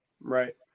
right